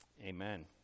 amen